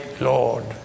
Lord